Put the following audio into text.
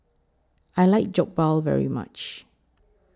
I like Jokbal very much